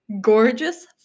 gorgeous